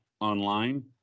online